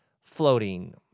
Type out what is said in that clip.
floating